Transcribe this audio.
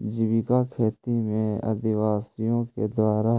जीविका खेती में आदिवासियों के द्वारा